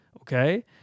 okay